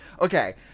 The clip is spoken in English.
Okay